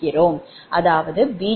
அதாவது ej120°